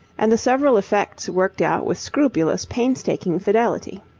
and the several effects worked out with scrupulous painstaking fidelity.